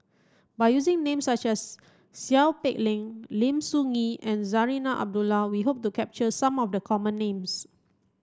by using names such as Seow Peck Leng Lim Soo Ngee and Zarinah Abdullah we hope to capture some of the common names